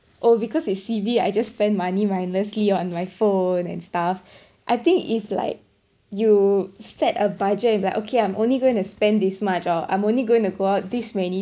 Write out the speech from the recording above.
oh because it's C_B I just spend money mindlessly on my phone and stuff I think if like you set a budget if like okay I'm only going to spend this much or I'm only going to go out this many